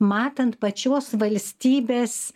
matant pačios valstybės